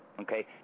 okay